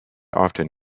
often